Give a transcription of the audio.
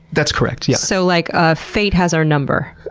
that's correct, yeah. so, like ah fate has our number.